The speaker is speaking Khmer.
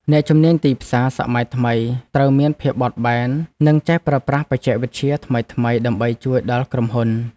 អ្នកជំនាញទីផ្សារសម័យថ្មីត្រូវមានភាពបត់បែន និងចេះប្រើប្រាស់បច្ចេកវិទ្យាថ្មីៗដើម្បីជួយដល់ក្រុមហ៊ុន។